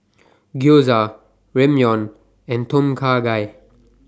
Gyoza Ramyeon and Tom Kha Gai